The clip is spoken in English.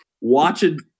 watching